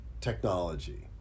technology